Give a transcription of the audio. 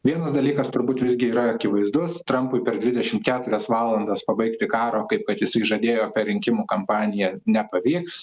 vienas dalykas turbūt visgi yra akivaizdus trampui per dvidešim keturias valandas pabaigti karo kaip kad jisai žadėjo per rinkimų kampaniją nepavyks